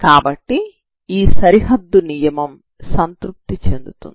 కాబట్టి ఈ సరిహద్దు నియమం సంతృప్తి చెందుతుంది